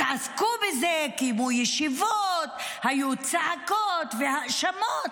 התעסקו בזה, קיימו ישיבות, היו צעקות והאשמות,